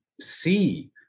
see